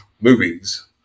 movies